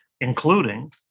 including